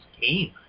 game